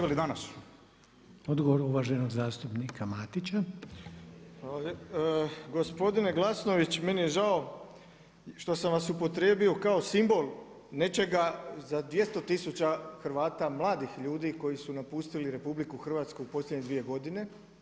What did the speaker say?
Gospodine Glasnović, meni je žao što sam vas upotrijebio kao simbol nečega, za 200000 Hrvata, mladih ljudi koji su napustili RH, u posljednje 2 godine.